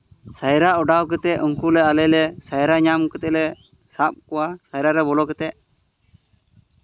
ᱥᱟᱭᱨᱟ ᱚᱰᱟᱣ ᱠᱟᱛᱮᱫ ᱩᱱᱠᱩ ᱞᱮ ᱟᱞᱮ ᱞᱮ ᱥᱟᱭᱨᱟ ᱧᱟᱢ ᱠᱟᱛᱮ ᱞᱮ ᱥᱟᱵ ᱠᱚᱣᱟ ᱥᱟᱭᱨᱟ ᱨᱮ ᱵᱚᱞᱚ ᱠᱟᱛᱮ